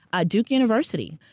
ah duke university,